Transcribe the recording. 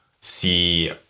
see